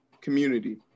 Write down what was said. community